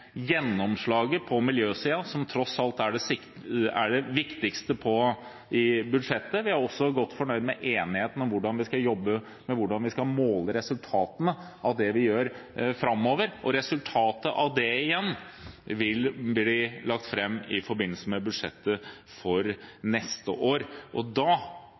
gjennomslaget på miljøsiden, som tross alt er det viktigste i budsjettet. Vi er også godt fornøyd med enigheten om hvordan vi skal jobbe med hvordan vi skal måle resultatene av det vi gjør framover. Resultatet av det igjen vil bli lagt fram i forbindelse med budsjettet for neste år, og da